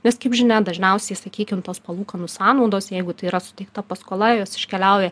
nes kaip žinia dažniausiai sakykim tos palūkanų sąnaudos jeigu tai yra suteikta paskola jos iškeliauja